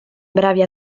bravi